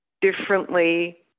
differently